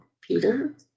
Peter